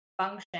function